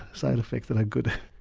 side effects that are good.